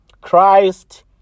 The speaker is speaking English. Christ